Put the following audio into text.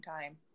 time